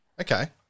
Okay